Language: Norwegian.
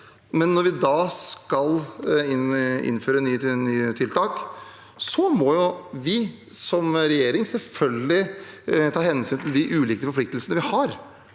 Når vi skal innføre nye tiltak, må vi som regjering selvfølgelig ta hensyn til de ulike forpliktelsene vi har,